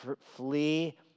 Flee